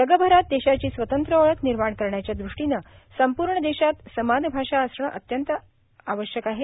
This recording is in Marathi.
जगभरात देशाची स्वतंत्र ओळख निर्माण करण्याच्या दृष्टीनं संपूर्ण देशात समान भाषा असणं अत्यंत महत्वाचं आहे